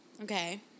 Okay